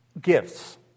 gifts